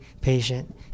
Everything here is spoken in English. patient